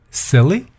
，silly 。